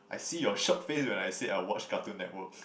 I see your shock face when I say I watch Cartoon Network